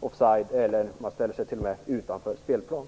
offside eller till och med utanför spelplanen.